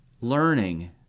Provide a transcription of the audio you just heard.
learning